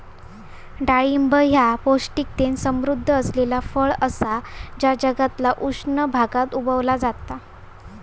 डाळिंब ह्या पौष्टिकतेन समृध्द असलेला फळ असा जा जगातल्या उष्ण भागात उगवला जाता